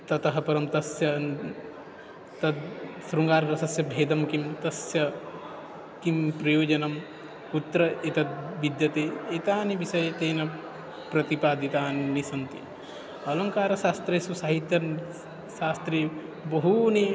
ततः परं तस्य तत् शृङ्गाररसस्य भेदं किं तस्य किं प्रयोजनं कुत्र एतत् विद्यते एतानि विषये तेन प्रतिपादितानि सन्ति अलङ्कारशास्त्रेषु साहित्यशास्त्रे बहूनि